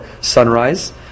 sunrise